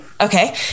okay